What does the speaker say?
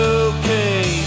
okay